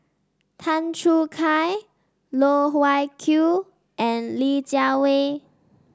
Tan Choo Kai Loh Wai Kiew and Li Jiawei